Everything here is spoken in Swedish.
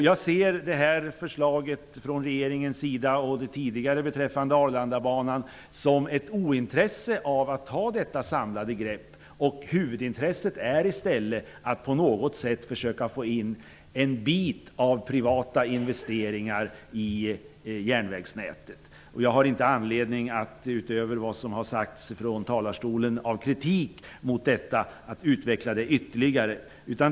Jag ser regeringens förslag och det tidigare förslaget beträffande Arlandabanan som tecken på ointresse för att ta ett sådant samlat grepp. Huvudintresset är i stället att på något sätt försöka få in en bit av privata investeringar i järnvägsnätet. Jag har inte anledning att utveckla detta ytterligare, utöver den kritik som har framförts från talarstolen.